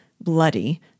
bloody